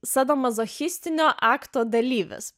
sadomazochistinio akto dalyvis